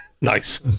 Nice